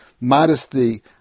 modesty